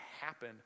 happen